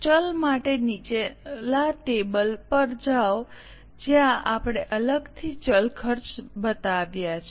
ચલ માટે નીચલા ટેબલ પર જાઓ જ્યાં આપણે અલગથી ચલ ખર્ચ બતાવ્યા છે